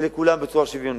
ולכולם בצורה שוויונית.